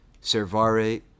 Servare